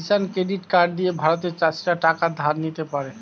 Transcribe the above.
কিষান credit card দিয়ে ভারতের চাষীরা টাকা ধার নিতে পারে